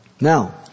Now